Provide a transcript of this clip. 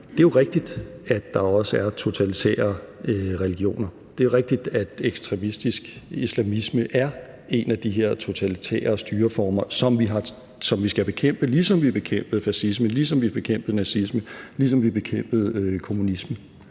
det jo er rigtigt, at der også er totalitære religioner, og det er rigtigt, at ekstremistisk islamisme er en af de her totalitære styreformer, som vi skal bekæmpe, ligesom vi bekæmpede fascisme, ligesom vi bekæmpede nazisme, ligesom vi bekæmpede kommunisme.